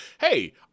Hey